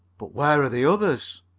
but where are the others?